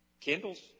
Kindles